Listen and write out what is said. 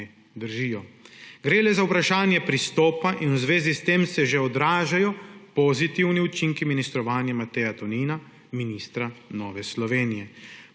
držijo. Gre le za vprašanje pristopa in v zvezi s tem se že odražajo pozitivni učinki ministrovanja Mateja Tonina, ministra Nove Slovenije.